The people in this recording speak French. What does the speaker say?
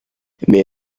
mais